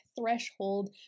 threshold